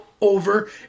over